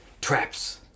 Traps